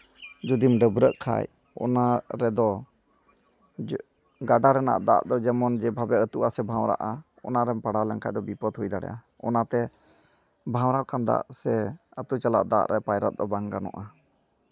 ᱡᱩᱫᱤᱢ ᱰᱟᱹᱵᱨᱟᱹᱜ ᱠᱷᱟᱡ ᱚᱱᱟ ᱨᱮᱫᱚ ᱜᱟᱰᱟ ᱨᱮᱱᱟᱜ ᱫᱟᱜ ᱫᱚ ᱡᱮᱢᱚᱱ ᱡᱮᱵᱷᱟᱵᱮ ᱟᱹᱛᱩᱜᱼᱟ ᱥᱮ ᱵᱷᱟᱶᱨᱟᱜᱼᱟ ᱚᱱᱟ ᱨᱮᱢ ᱯᱟᱲᱟᱣ ᱞᱮᱱᱠᱷᱟᱡ ᱫᱚ ᱵᱤᱯᱚᱫ ᱦᱩᱭ ᱫᱟᱲᱮᱭᱟᱜᱼᱟ ᱚᱱᱟᱛᱮ ᱵᱷᱟᱶᱨᱟᱠᱟᱱ ᱫᱟᱜ ᱥᱮ ᱟᱹᱛᱩ ᱪᱟᱞᱟᱜ ᱫᱟᱜ ᱨᱮ ᱯᱟᱭᱨᱟᱜ ᱫᱚ ᱵᱟᱝ ᱜᱟᱱᱚᱜᱼᱟ